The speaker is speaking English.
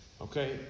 Okay